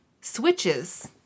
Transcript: switches